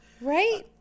Right